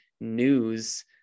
news